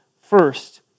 First